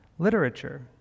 Literature